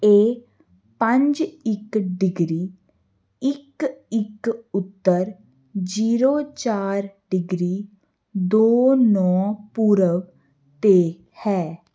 ਇਹ ਪੰਜ ਇੱਕ ਡਿਗਰੀ ਇੱਕ ਇੱਕ ਉੱਤਰ ਜੀਰੋ ਚਾਰ ਡਿਗਰੀ ਦੋ ਨੌਂ ਪੂਰਬ 'ਤੇ ਹੈ